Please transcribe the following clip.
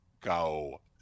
go